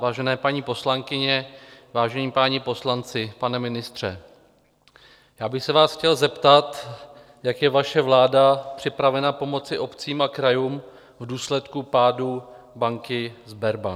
Vážené paní poslankyně, vážení páni poslanci, pane ministře, já bych se vás chtěl zeptat, jak je vaše vláda připravena pomoci obcím a krajům v důsledku pádu banky Sberbank.